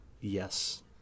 Yes